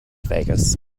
vegas